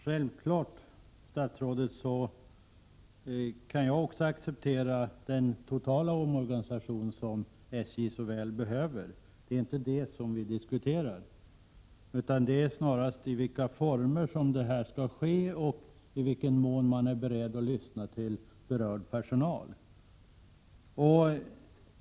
Herr talman! Självfallet kan jag acceptera den totala omorganisation som SJ så väl behöver — det är inte vad vi diskuterar. Det gäller snarast i vilka former som omorganisationen skall ske och i vilken mån man är beredd att lyssna till berörd personal.